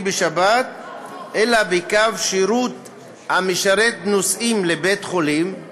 בשבת אלא בקו שירות המשרת נוסעים לבית-חולים,